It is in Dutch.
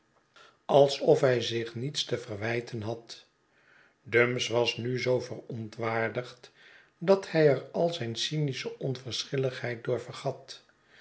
alsof hij zich niets te verwijten had dumps was nu zoo verontwaardigd dat hij er al zijn cynische onverschilligheid door vergat